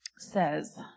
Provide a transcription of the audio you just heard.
says